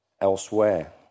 elsewhere